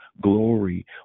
glory